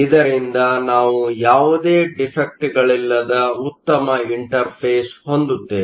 ಇದರಿಂದ ನಾವು ಯಾವುದೇ ಡಿಫೆಕ್ಟ್ಗಳಿಲ್ಲದ ಉತ್ತಮ ಇಂಟರ್ಫೇಸ್Interface ಹೊಂದುತ್ತೇವೆ